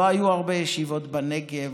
לא היו הרבה ישיבות בנגב,